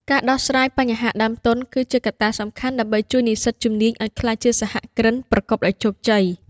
ការដោះស្រាយបញ្ហាដើមទុន គឺជាកត្តាសំខាន់ដើម្បីជួយនិស្សិតជំនាញឱ្យក្លាយជាសហគ្រិនប្រកបដោយជោគជ័យ។